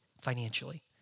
financially